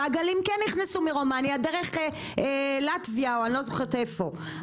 ועגלים כן נכנסו מרומניה דרך לטוויה או אני לא זוכרת איפה,